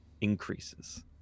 increases